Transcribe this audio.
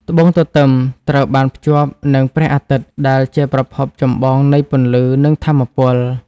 បូងទទឹមត្រូវបានភ្ជាប់នឹងព្រះអាទិត្យ ដែល ជាប្រភពចម្បងនៃពន្លឺ និងថាមពល។